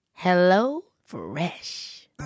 HelloFresh